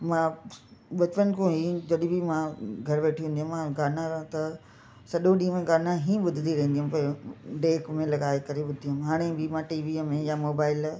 मां बचपन खां ई जॾहिं बि मां घर वेठी हूंदी आहियां मां गाना त सॼो ॾींहुं गाना ई ॿुधंदी रहंदी हुयमि डेक में लॻाए करे ॿुधदी हुयमि हाणे बि मां टीवीअ में या मोबाइल